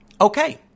Okay